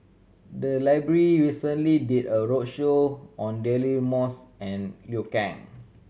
the library recently did a roadshow on Daily Moss and Liu Kang